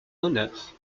honneur